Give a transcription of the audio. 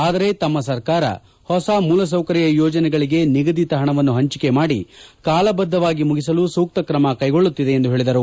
ಆದರೆ ನಮ್ಮ ಸರ್ಕಾರ ಹೊಸ ಮೂಲಸೌಕರ್ಯ ಯೋಜನೆಗಳಿಗೆ ನಿಗದಿತ ಹಣವನ್ನು ಹಂಚಿಕೆ ಮಾದಿ ಕಾಲಬದ್ಗವಾಗಿ ಮುಗಿಸಲು ಸೂಕ್ತ ಕ್ರಮ ಕೈಗೊಳ್ಳುತ್ತಿದೆ ಎಂದು ಹೇಳಿದರು